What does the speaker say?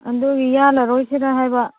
ꯑꯗꯨꯒꯤ ꯌꯥꯟꯂꯔꯣꯏꯁꯤꯔ ꯍꯥꯏꯕ